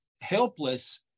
helpless